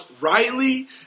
rightly